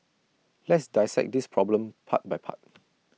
let's dissect this problem part by part